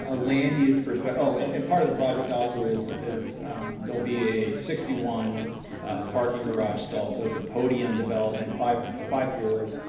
ah land use per but oh, and and part of the project also is is there'll be a sixty one parking garage stall. so it's a podium development five five floors.